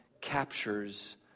captures